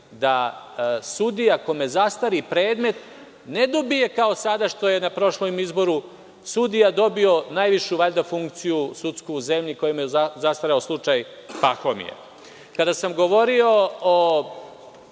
da sudija kome zastari predmet ne dobije kao sada, što je na prošlom izboru sudija dobio najvišu sudsku funkciju kojom je zastareo slučaj Pahomije. Kada sam govorio o